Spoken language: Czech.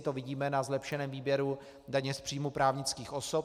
To vidíme na zlepšeném výběru daně z příjmů právnických osob.